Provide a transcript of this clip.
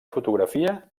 fotografia